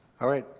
alright.